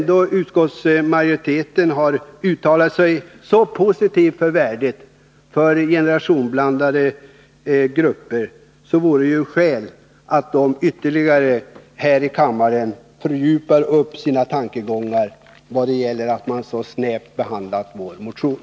Då utskottsmajoriteten uttalar sig så positivt om värdet av generationsblandade grupper vore det skäl nog till att de här i kammaren ytterligare förtydligade tankegångarna bakom den snäva behandlingen av vår motion.